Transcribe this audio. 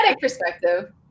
perspective